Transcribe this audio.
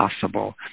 possible